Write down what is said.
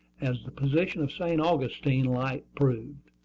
as the position of st. augustine light proved.